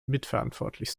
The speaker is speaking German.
mitverantwortlich